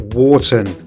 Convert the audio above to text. Wharton